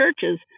churches